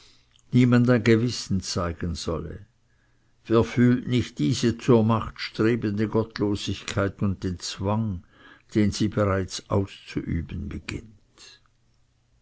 niemand ein gewissen zeigen solle wer fühlt nicht diese zur macht strebende gottlosigkeit und den zwang den sie bereits auszuüben beginnt